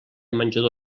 menjador